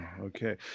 Okay